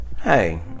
hey